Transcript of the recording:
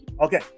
Okay